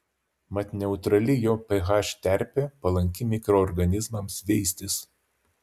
mat neutrali jo ph terpė palanki mikroorganizmams veistis